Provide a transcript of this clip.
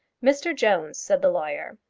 mr jones, said the lawyer,